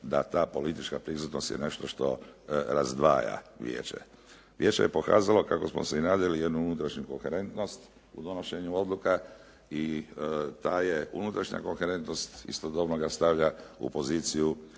da ta politička prisutnost je nešto što razdvaja vijeće. Vijeće je pokazalo kako smo se i nadali jednu unutrašnju koherentnost u donošenju odluka i ta unutrašnja koherentnost istodobno ga stavlja u poziciju